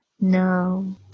No